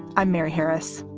i'm mary harris.